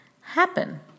happen